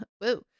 whoa